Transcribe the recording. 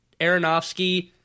Aronofsky